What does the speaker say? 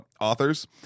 authors